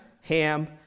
Ham